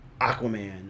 Aquaman